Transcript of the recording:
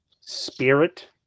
spirit